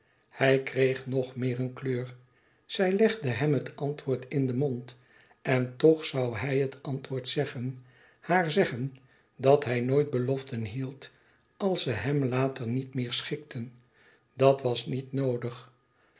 hij kreeg nog meer een kleur zij legde hem het antwoord in den mond en toch zoû hij het antwoord zeggen haar zeggen dat hij nooit beloften hield als ze hem later niet meer schikten dat was niet noodig